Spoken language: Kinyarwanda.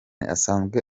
asanzwe